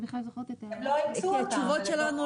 הם לא אימצו אותן.